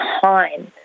time